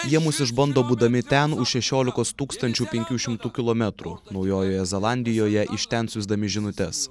jie mus išbando būdami ten už šešiolikos tūkstančių penkių šimtų kilometrų naujojoje zelandijoje iš ten siųsdami žinutes